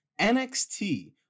NXT